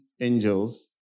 angels